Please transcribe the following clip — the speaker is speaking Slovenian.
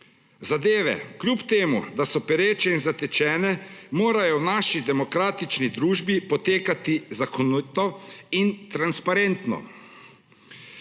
Zadeve, kljub temu da so pereče in zatečene, morajo v naši demokratični družbi potekati zakonito in transparentno.